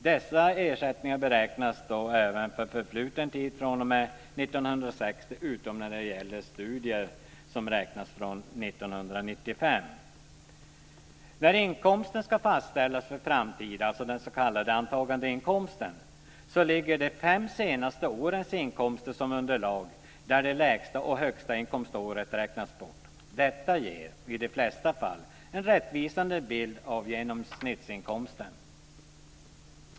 Dessa ersättningar beräknas även för förfluten tid, fr.o.m. 1960 utom när det gäller studier som räknas från 1995. När inkomsten ska fastställas för framtiden, alltså den s.k. antagandeinkomsten, ligger de fem senaste årens inkomster som underlag. Det lägsta och det högsta inkomståret räknas bort. Detta ger, i de flesta fall, en rättvisande bild av genomsnittsinkomsten.